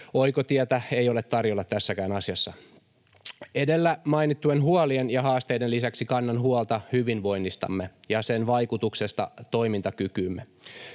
Oikotietä ei ole tarjolla tässäkään asiassa. Edellä mainittujen huolien ja haasteiden lisäksi kannan huolta hyvinvoinnistamme ja sen vaikutuksesta toimintakykyymme.